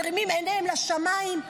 מרימים עיניהם לשמים.